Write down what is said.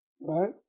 right